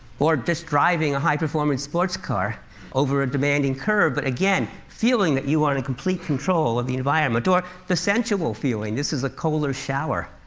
or, just driving a high-performance sports car over a demanding curb but again, feeling that you are in complete control of the environment. or the sensual feeling. this is a kohler shower,